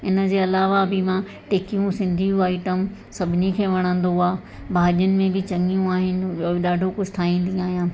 इन जे अलावा बि मां टिकियूं सिंधियूं आइटम सभिनी खे वणंदो आहे भाॼियुनि में बि चङियूं आहिनि उहो बि ॾाढो कुझु ठाहींदी आहियां